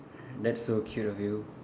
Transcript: that's so cute of you